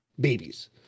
babies